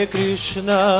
Krishna